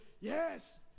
yes